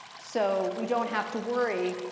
so we don't have to worry.